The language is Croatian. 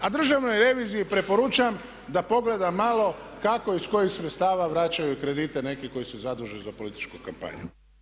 A Državnoj reviziji preporučam da pogleda malo kako i iz kojih sredstava vraćaju kredite neki koji su zaduže za političku kampanju.